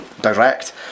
direct